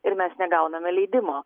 ir mes negauname leidimo